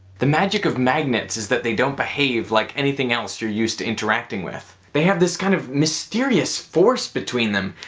the magic of magnets is that they don't behave like anything else you're used to interacting with. they have this kind of mysterious force between them.